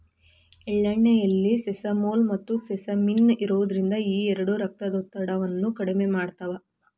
ಎಳ್ಳೆಣ್ಣೆಯಲ್ಲಿ ಸೆಸಮೋಲ್, ಮತ್ತುಸೆಸಮಿನ್ ಇರೋದ್ರಿಂದ ಈ ಎರಡು ರಕ್ತದೊತ್ತಡವನ್ನ ಕಡಿಮೆ ಮಾಡ್ತಾವ